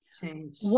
change